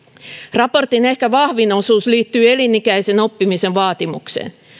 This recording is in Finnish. raportin ehkä vahvin osuus liittyy elinikäisen oppimisen vaatimukseen